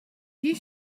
you